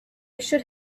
should